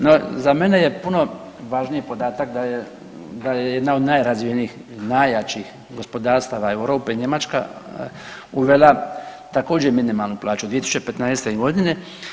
No za mene je puno važniji podatak da je jedna od najrazvijenijih i najjačih gospodarstava Europe, Njemačka uvela također minimalnu plaću 2015. godine.